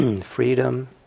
freedom